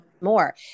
more